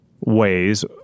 ways